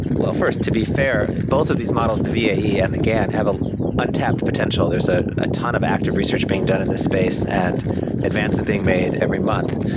well, first to be fair, both of these models the vae and the gan have a untapped potential. there's ah a ton of active research being done in this space and advances being made every month.